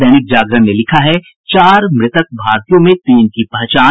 दैनिक जागरण ने लिखा है चार मृतक भारतीयों में तीन की पहचान